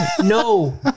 No